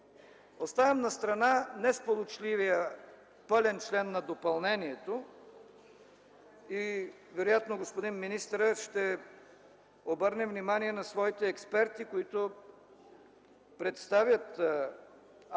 Оставам настрана несполучливия пълен член на допълнението и вероятно господин министърът ще обърне внимание на своите експерти, които подготвят актовете,